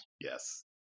Yes